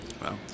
wow